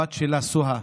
הבת שלה, סוהא,